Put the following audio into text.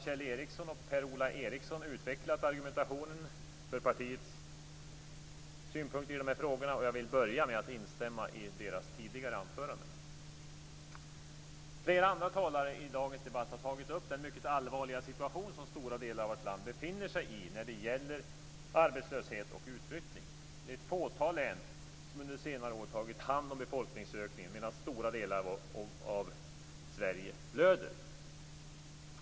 Per-Ola Eriksson utvecklat argumentationen för partiets synpunkt i de här frågorna. Jag vill börja med att instämma i deras tidigare anföranden. Flera andra talare i dagens debatt har tagit upp den mycket allvarliga situation som stora delar av vårt land befinner sig i när det gäller arbetslöshet och utflyttning. Det är ett fåtal län som under senare år har tagit hand om befolkningsökningen medan stora delar av Sverige blöder.